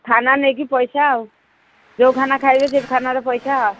ଖାନା ନେଇକି ପଇସା ଆଉ ଯୋଉ ଖାନା ଖାଇବେ ସେ ଖାନାର ପଇସା